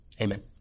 amen